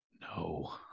No